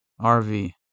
RV